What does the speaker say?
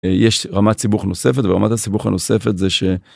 יש רמת סיבוך נוספת ורמת הסיבוך הנוספת זה ש...